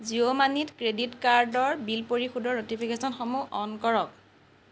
জিঅ' মানিত ক্ৰেডিট কাৰ্ডৰ বিল পৰিশোধৰ ন'টিফিকেছনসমূহ অন কৰক